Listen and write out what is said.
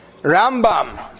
Rambam